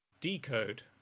decode